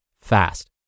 fast